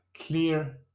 clear